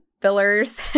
fillers